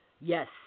Yes